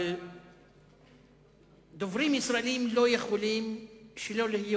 אבל דוברים ישראלים לא יכולים שלא להיות